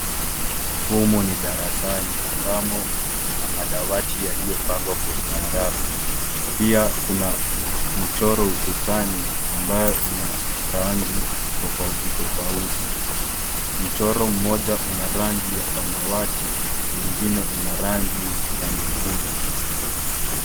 Humu ni darasni ambamo muna madawati yaliyopangwa kwa ustaarabu. Pia kuna michoro ukutani ambayo ina rangi tofauti tofauti. Mchoro mmoja una rangi ya samawati mwingine una rangi ya nyekundu.